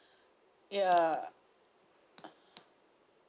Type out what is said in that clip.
ya